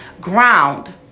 ground